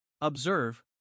Observe